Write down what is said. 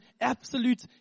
absolute